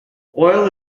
oil